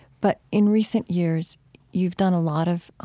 but in recent years you've done a lot of